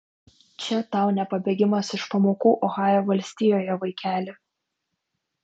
čia tau ne pabėgimas iš pamokų ohajo valstijoje vaikeli